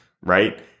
right